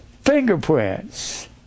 fingerprints